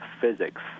physics